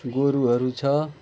गोरुहरू छ